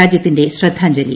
രാജ്യത്തിന്റെ ശ്രദ്ധാഞ്ജലി